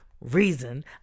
reason